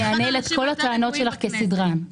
אני אחד האנשים היותר רגועים בכנסת.